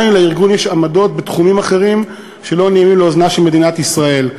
גם אם לארגון יש עמדות בתחומים אחרים שלא נעימות לאוזנה של מדינת ישראל.